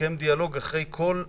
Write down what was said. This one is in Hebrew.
מתקיים דיאלוג אחרי כל חלקיק.